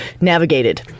navigated